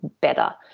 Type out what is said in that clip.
better